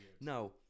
Now